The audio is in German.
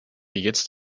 jetzt